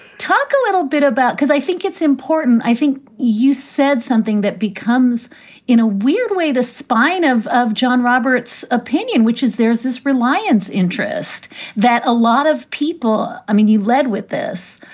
talk a little bit about because i think it's important. i think you said something that becomes in a weird way, the spine of of john roberts opinion, which is there's this reliance interest that a lot of people. i mean, you led with this,